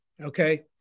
Okay